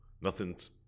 Nothing's